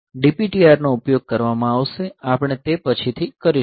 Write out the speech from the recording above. DPTR નો ઉપયોગ કરવામાં આવશે આપણે તે પછીથી કરીશું